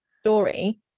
story